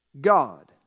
God